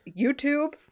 YouTube